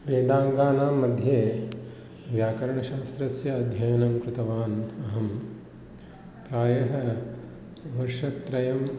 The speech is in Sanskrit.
वेदाङ्गानांमध्ये व्याकरणशास्त्रस्य अध्ययनं कृतवान् अहं प्रायः वर्षत्रयम्